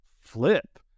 flip